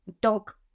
dog